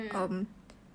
the way he